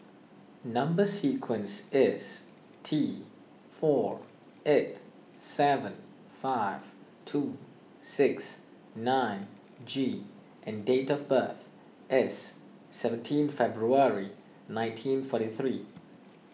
Number Sequence is T four eight seven five two six nine G and date of birth is seventeen February nineteen forty three